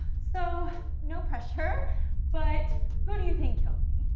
so no pressure but who do you think killed me?